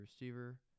receiver